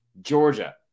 Georgia